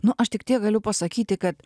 nu aš tik tiek galiu pasakyti kad